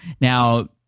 Now